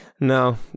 No